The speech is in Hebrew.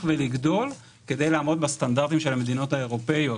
ולגדול כדי לעמוד בסטנדרטים של המדינות האירופאיות.